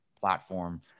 platform